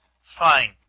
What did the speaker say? fine